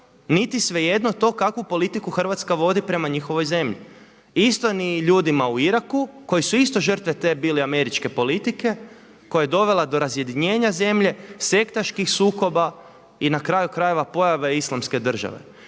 niti svejedno to kakvu politiku Hrvatska vodi prema njihovoj zemlji. Isto ni ljudima u Iraku, koji su isto žrtve te bili američke politike, koja je dovela do razjedinjenja zemlje, sektaških sukoba i na kraju krajeva pojave Islamske države.